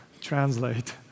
translate